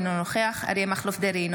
אינו נוכח אריה מכלוף דרעי,